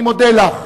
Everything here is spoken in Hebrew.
אני מודה לך,